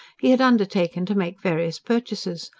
he had undertaken to make various purchases,